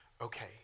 okay